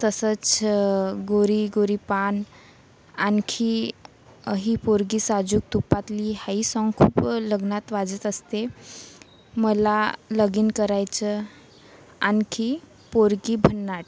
तसंच गोरी गोरी पान आणखी ही पोरगी साजूक तुपातली हाई सॉन्ग खूप लग्नात वाजत असते मला लगीन करायचं आणखी पोरगी भन्नाट